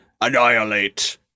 Annihilate